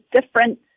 different